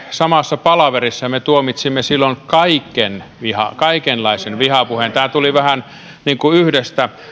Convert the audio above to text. samassa palaverissa ja me tuomitsimme silloin kaiken vihan kaikenlaisen vihapuheen tämä tuli vähän niin kuin yhdestä